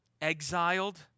exiled